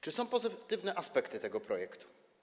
Czy są pozytywne aspekty tego projektu?